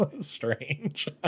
strange